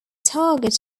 target